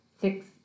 six